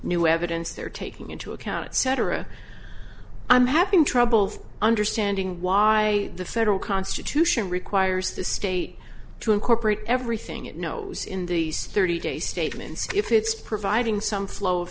new evidence they're taking into account etc i'm having trouble understanding why the federal constitution requires the state to incorporate everything it knows in these thirty day statements if it's providing some flow of